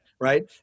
Right